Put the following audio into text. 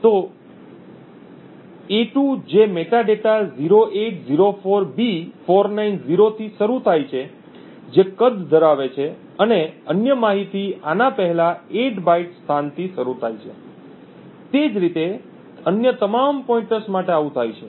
તેથી ઉદાહરણ તરીકે a2 જે મેટાડેટા 0804B490 થી શરૂ થાય છે જે કદ ધરાવે છે અને અન્ય માહિતી આના પહેલા 8 બાઇટ્સ સ્થાનથી શરૂ થાય છે તે જ રીતે અન્ય તમામ પોઇંટર્સ માટે આવું થાય છે